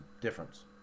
difference